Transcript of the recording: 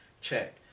Check